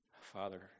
Father